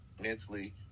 mentally